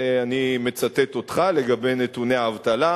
אני מצטט אותך לגבי נתוני האבטלה,